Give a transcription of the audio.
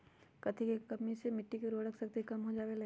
कथी के कमी से मिट्टी के उर्वरक शक्ति कम हो जावेलाई?